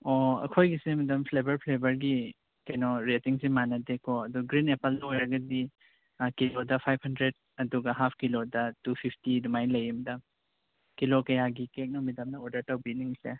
ꯑꯣ ꯑꯩꯈꯣꯏꯒꯤꯁꯦ madam flavour ꯐꯐꯂꯦꯕꯔꯒꯤ ꯀꯩꯅꯣ ꯔꯦꯠꯇꯤꯡꯁꯦ ꯃꯥꯟꯅꯗꯦꯀꯣ ꯑꯗꯨ ꯒ꯭ꯔꯤꯟ ꯑꯦꯄꯜ ꯑꯣꯏꯔꯒꯗꯤ ꯀꯤꯂꯣꯗ ꯐꯥꯏꯕ ꯍꯟꯗ꯭ꯔꯦꯗ ꯑꯗꯨꯒ ꯍꯥꯐ ꯀꯤꯂꯣꯗ ꯇꯨ ꯐꯤꯞꯇꯤ ꯑꯗꯨꯃꯥꯏ ꯂꯩꯌꯦ ꯃꯦꯗꯥꯝ ꯀꯤꯂꯣ ꯀꯌꯥꯒꯤ ꯀꯦꯛꯅꯣ ꯃꯦꯗꯥꯝꯅ ꯑꯣꯗꯔ ꯇꯧꯕꯤꯅꯤꯡꯂꯤꯁꯦ